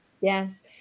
yes